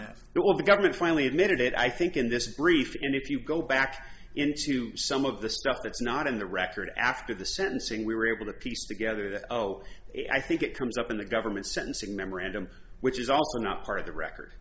of the government finally admitted it i think in this brief and if you go back into some of the stuff that's not in the record after the sentencing we were able to piece together the oh i think it comes up in the government sentencing memorandum which is also not part of the record